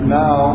now